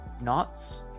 Knots